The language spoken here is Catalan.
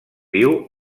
viu